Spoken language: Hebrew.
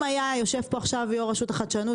אם היה יושב פה עכשיו יו"ר רשות החדשנות